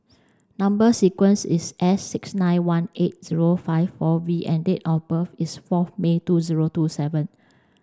number sequence is S six nine one eight zero five four V and date of birth is fourth May two zero two seven